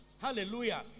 Hallelujah